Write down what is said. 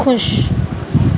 خوش